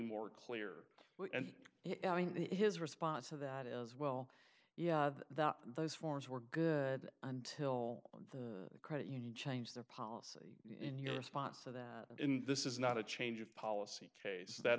more clear and his response to that is well yeah that those forms were good until the credit union changed their policy in your response to that in this is not a change of policy case that